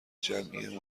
جمعی